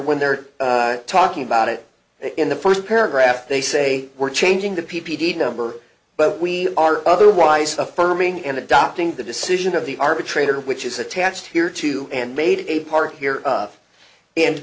when they're talking about it in the first paragraph they say we're changing the p p d number but we are otherwise affirming and adopting the decision of the arbitrator which is attached here to and made a part here a